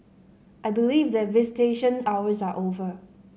I believe that visitation hours are over